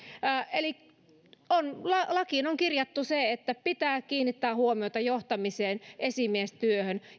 eli lakiin on kirjattu että pitää kiinnittää huomiota johtamiseen esimiestyöhön